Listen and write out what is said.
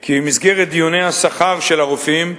כי במסגרת דיוני השכר של הרופאים,